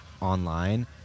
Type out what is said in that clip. online